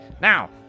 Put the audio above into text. Now